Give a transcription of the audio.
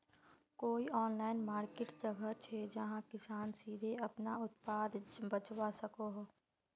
कोई online market जगह छे जहाँ किसान सीधे अपना उत्पाद बचवा सको हो?